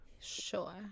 sure